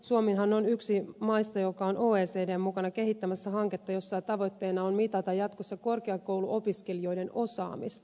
suomihan on yksi maista joka on oecdn mukana kehittämässä hanketta jossa tavoitteena on mitata jatkossa korkeakouluopiskelijoiden osaamista